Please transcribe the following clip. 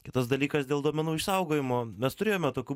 kitas dalykas dėl duomenų išsaugojimo mes turėjome tokių